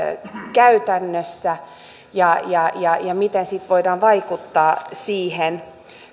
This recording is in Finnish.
käytännössä ja ja miten sitten voidaan vaikuttaa siihen